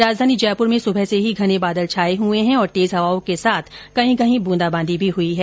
राजधानी जयपुर में सुबह से ही घने बादल छाए हुए है और तेज हवाओं के साथ कही कही बूंदा बांदी भी हुई है